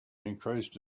increased